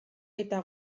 eta